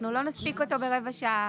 אנחנו לא נספיק אותו ברבע שעה.